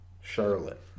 Charlotte